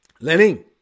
Lenin